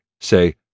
say